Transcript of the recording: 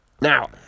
Now